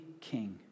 king